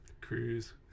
Cruise